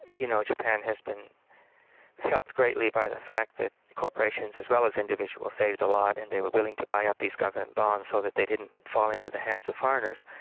you know japan has been helped greatly by the fact that corporations as well as individuals saved a lot and they were willing to buy up these government bonds so that they didn't fall into the hands of foreigners,